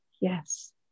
yes